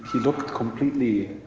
looking completely.